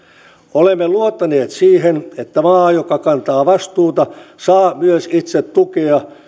olemme luottaneet siihen että maa joka kantaa vastuuta saa myös itse tukea